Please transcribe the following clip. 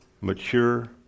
mature